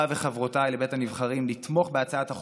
הזדמנות אדירה,